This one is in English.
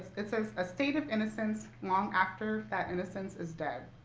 it says, a state of innocence long after that innocence is dead.